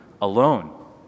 alone